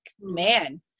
man